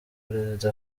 perezida